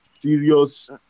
serious